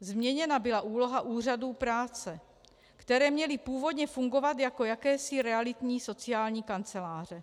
Změněna byla úloha úřadů práce, které měly původně fungovat jako jakési realitní sociální kanceláře.